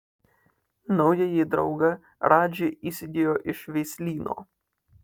naująjį draugą radži įsigijo iš veislyno